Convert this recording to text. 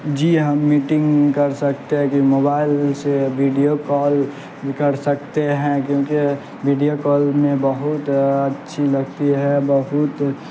جی ہم میٹنگ کر سکتے ہیں کہ موبائل سے ویڈیو کال کر سکتے ہیں کیونکہ ویڈیو کال میں بہت اچھی لگتی ہے بہت